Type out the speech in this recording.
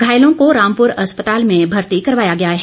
घायलों को रामपुर अस्पताल में भर्ती करवाया गया है